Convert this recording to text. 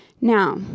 Now